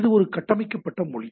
இது ஒரு கட்டமைக்கப்பட்ட மொழி